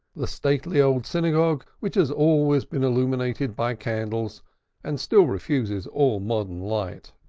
the stately old synagogue which has always been illuminated by candles and still refuses all modern light.